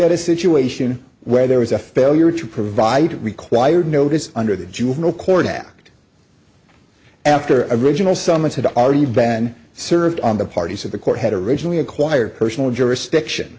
at a situation where there was a failure to provide required notice under the juvenile court act after a original summons had already been served on the parties of the court had originally acquired personal jurisdiction